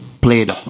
played